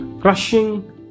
crushing